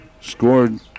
Scored